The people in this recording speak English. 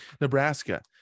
Nebraska